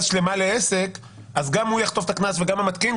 שלמה לעסק אז גם הוא יחטוף את הקנס וגם המתקין,